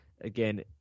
again